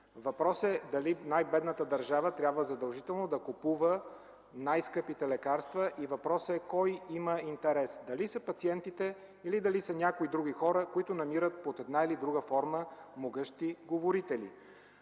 Въпросът е: дали най-бедната държава трябва задължително да купува най-скъпите лекарства? Въпросът е: кой има интерес – дали са пациентите или някои други хора, които намират под една или друга форма могъщи говорители?